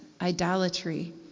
idolatry